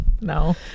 no